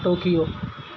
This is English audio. Tokyo